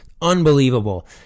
Unbelievable